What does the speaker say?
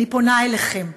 אני פונה אליכם,